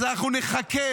אז אנחנו נחכה.